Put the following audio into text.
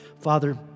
Father